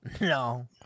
No